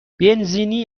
بنزینی